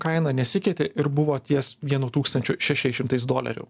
kaina nesikeitė ir buvo ties vienu tūkstančiu šešiais šimtais dolerių